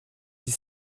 dix